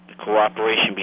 cooperation